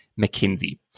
McKinsey